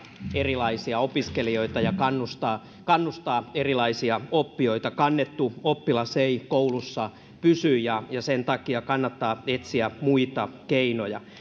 erilaisia opiskelijoita ja kannustaa kannustaa erilaisia oppijoita kannettu oppilas ei koulussa pysy ja ja sen takia kannattaa etsiä muita keinoja